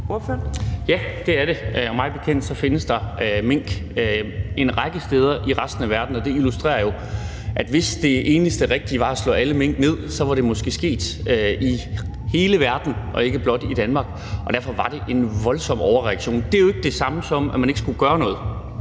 Ja, det er det, og mig bekendt findes der mink en række steder i resten af verden, og det illustrerer jo, at hvis det eneste rigtige var at slå alle mink ned, var det måske sket i hele verden og ikke blot i Danmark. Derfor var det en voldsom overreaktion. Det er jo ikke det samme som at sige, at man ikke skulle gøre noget.